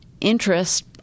interest